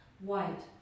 White